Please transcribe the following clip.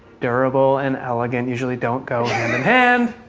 durable and elegant usually don't go hand-in-hand.